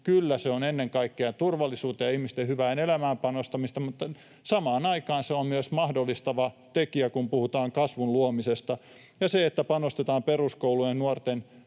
Kyllä, se on ennen kaikkea turvallisuuteen ja ihmisten hyvään elämään panostamista, mutta samaan aikaan se on myös mahdollistava tekijä, kun puhutaan kasvun luomisesta. Ja sekin, että panostetaan peruskouluun ja nuorten